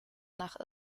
nach